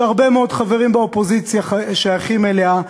שהרבה מאוד חברים באופוזיציה שייכים אליה,